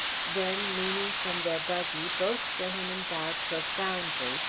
then, leaning from their buggy, both gentlemen bowed profoundly,